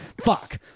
Fuck